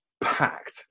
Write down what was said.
packed